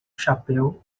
chapéu